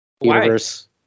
universe